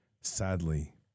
sadly